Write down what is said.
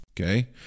Okay